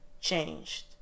changed